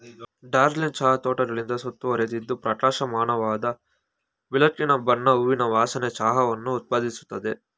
ಡಾರ್ಜಿಲಿಂಗ್ ಚಹಾ ತೋಟಗಳಿಂದ ಸುತ್ತುವರಿದಿದ್ದು ಪ್ರಕಾಶಮಾನವಾದ ಬೆಳಕಿನ ಬಣ್ಣ ಹೂವಿನ ವಾಸನೆಯ ಚಹಾವನ್ನು ಉತ್ಪಾದಿಸುತ್ತದೆ